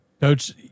Coach